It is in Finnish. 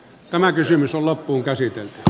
tämä kysymys on loppuunkäsitelty